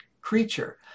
creature